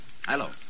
Hello